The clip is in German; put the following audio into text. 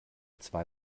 zwei